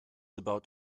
about